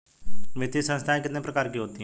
वित्तीय संस्थाएं कितने प्रकार की होती हैं?